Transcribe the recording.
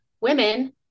Women